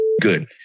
good